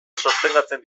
sostengatzen